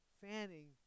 fanning